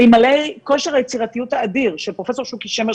אלמלא כושר היצירתיות האדיר של פרופ' שוקי שמר,